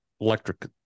electric